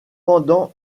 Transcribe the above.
pendant